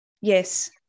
Yes